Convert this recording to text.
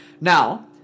Now